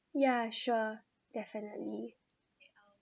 yeah sure definitely